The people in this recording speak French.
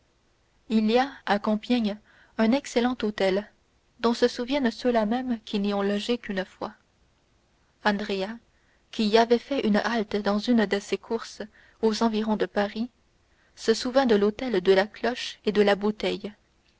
il y a à compiègne un excellent hôtel dont se souviennent ceux-là mêmes qui n'y ont logé qu'une fois andréa qui y avait fait une halte dans une de ses courses aux environs de paris se souvint de l'hôtel de la cloche et de la bouteille